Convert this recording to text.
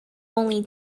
only